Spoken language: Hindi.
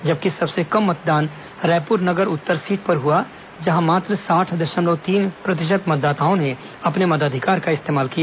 जबकि सबसे कम मतदान रायपुर नगर उत्तर सीट पर हुआ यहां मात्र साठ दशमलव तीन प्रतिशत मतदाताओं ने अपने मताधिकार का इस्तेमाल किया